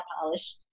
polish